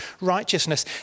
righteousness